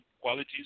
qualities